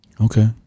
Okay